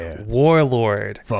Warlord